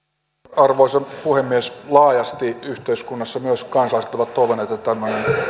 arvoisa puhemies laajasti yhteiskunnassa myös kansalaiset ovat toivoneet että tämmöinen